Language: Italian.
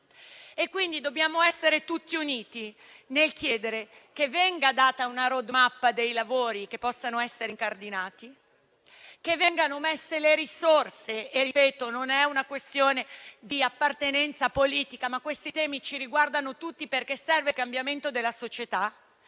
e dobbiamo essere tutti uniti nel chiedere che venga data una *road map* dei lavori che possono essere incardinati e vengano stanziate le risorse. Ripeto che non è una questione di appartenenza politica, ma questi temi ci riguardano tutti, perché serve il cambiamento della società.